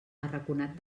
arraconat